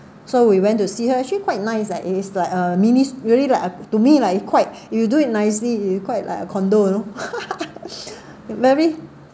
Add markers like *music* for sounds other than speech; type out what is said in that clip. so we went to see her actually quite nice like it is like a mini really like a to me like quite you do it nicely it quite like a condo you know *laughs* very